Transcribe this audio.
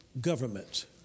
government